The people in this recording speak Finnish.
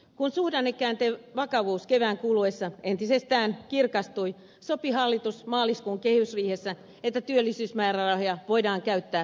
kun suhdannekäänteen vakavuus kevään kuluessa entisestään kirkastui sopi hallitus maaliskuun kehysriihessä että työllisyysmäärärahoja voidaan käyttää etupainotteisesti